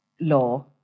law